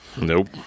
Nope